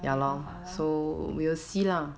没办法 lor